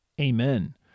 Amen